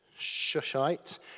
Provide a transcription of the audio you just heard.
Shushite